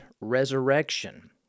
resurrection